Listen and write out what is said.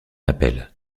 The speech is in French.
appel